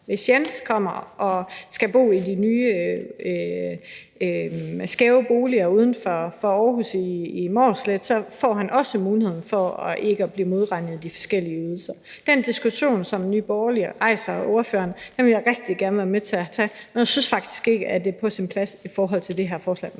Hvis Jens kommer og skal bo i de nye skæve boliger i Mårslet uden for Aarhus, så får han også muligheden for ikke at blive modregnet i de forskellige ydelser. Den diskussion, som Nye Borgerlige og ordføreren rejser, vil jeg rigtig gerne være med til at tage, men jeg synes faktisk ikke, at det er på sin plads i forhold til det her forslag.